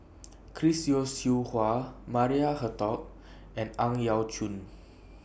Chris Yeo Siew Hua Maria Hertogh and Ang Yau Choon